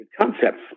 concepts